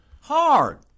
hard